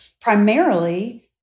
primarily